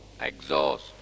exhaust